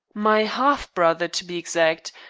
my half-brother, to be exact.